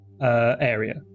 area